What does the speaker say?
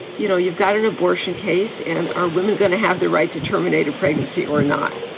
you know, you've got an abortion case. and are women going to have the right to terminate a pregnancy or not?